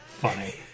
Funny